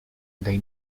they